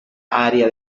área